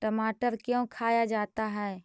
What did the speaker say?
टमाटर क्यों खाया जाता है?